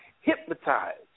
hypnotized